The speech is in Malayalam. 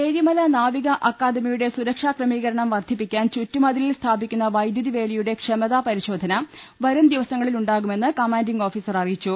ഏഴിമല നാവിക അക്കാദമിയുടെ സുരക്ഷാ ക്രമീകരണം വർദ്ധിപ്പിക്കാൻ ചുറ്റുമതിലിൽ സ്ഥാപിക്കുന്ന വൈദ്യുതി വേലി യുടെ ക്ഷമതാപരിശോധന വരും ദിവസങ്ങളിൽ ഉണ്ടാകുമെന്ന് കമാന്റിങ്ങ് ഓഫീസർ അറിയിച്ചു